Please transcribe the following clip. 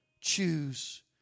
choose